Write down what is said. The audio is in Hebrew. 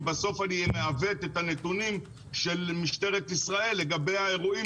כי בסוף אני מעוות את הנתונים של משטרת ישראל לגבי האירועים